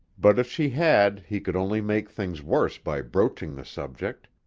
but if she had he could only make things worse by broaching the subject,